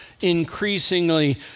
increasingly